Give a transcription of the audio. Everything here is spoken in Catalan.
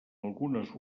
algunes